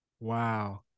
Wow